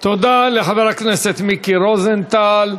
תודה לחבר הכנסת מיקי רוזנטל.